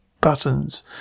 buttons